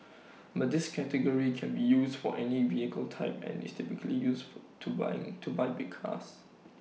but this category can be use for any vehicle type and is typically use to buy to buy big cars